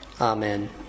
Amen